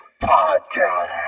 Podcast